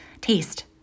taste